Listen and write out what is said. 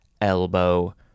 elbow